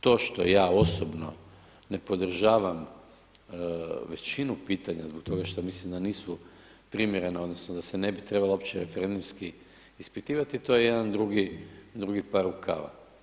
To što ja osobno ne podržavam većinu pitanja zbog toga što mislim da nisu primjerena odnosno da se ne bi trebala opće referendumski ispitivati to je jedan drugi, drugi par rukava.